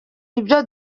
ibyo